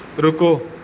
ਰੁਕੋ